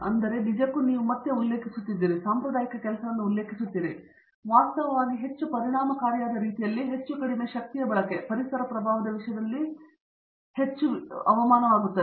ಆದ್ದರಿಂದ ಇದು ನಿಜಕ್ಕೂ ನೀವು ಮತ್ತೆ ಉಲ್ಲೇಖಿಸುತ್ತಿದ್ದೀರಿ ಮತ್ತು ಸಾಂಪ್ರದಾಯಿಕ ಕೆಲಸವನ್ನು ಉಲ್ಲೇಖಿಸುತ್ತೀರಿ ಆದರೆ ವಾಸ್ತವವಾಗಿ ಹೆಚ್ಚು ಪರಿಣಾಮಕಾರಿಯಾದ ರೀತಿಯಲ್ಲಿ ಹೆಚ್ಚು ಕಡಿಮೆ ಶಕ್ತಿಯ ಬಳಕೆ ಪರಿಸರ ಪ್ರಭಾವದ ವಿಷಯದಲ್ಲಿ ಹೆಚ್ಚು ಅವಮಾನವಾಗುತ್ತದೆ